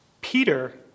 Peter